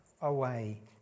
away